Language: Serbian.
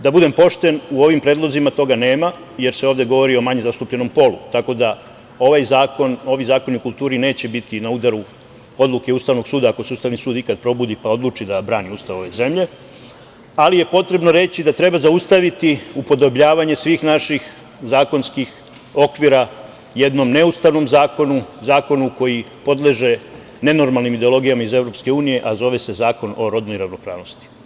Da budem pošten, u ovim predlozima toga nema, jer se ovde govori o manje zastupljenom polu, tako da ovi zakoni o kulturi neće biti na udaru odluke Ustavnog suda, ako se Ustavni sud ikada probudi, pa odluči da brani Ustav ove zemlje, ali je potrebno reći da treba zaustaviti upodobljavanje svih naših zakonskih okvira jednom neustavnom zakonu, zakonu koji podleže nenormalnim ideologijama iz Evropske unije, a zove se Zakon o rodnoj ravnopravnosti.